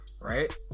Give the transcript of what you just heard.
Right